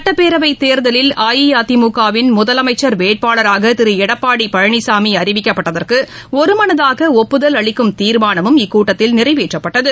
சுட்டப்பேரவைத் தேர்தலில் அஇஅதிமுக வின் முதலமைச்ச் வேட்பாளராக திரு எடப்பாடி பழனிசாமி அறிவிக்கப்பட்டதற்கு ஒருமனதாக ஒப்புதல் அளிக்கும் தீர்மானமும் இக்கூட்டத்தில் நிறைவேற்றப்பட்டது